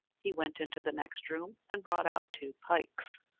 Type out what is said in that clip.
he went into the next room and brought out two pikes,